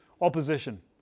opposition